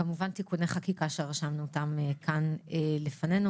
כמובן תיקוני חקיקה שרשמנו אותם כאן לפנינו.